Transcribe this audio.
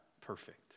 perfect